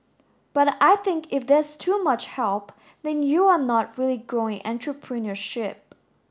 but I think if there's too much help then you are not really growing entrepreneurship